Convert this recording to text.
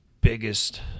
biggest